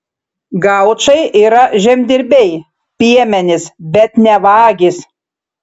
gaučai yra žemdirbiai piemenys bet ne vagys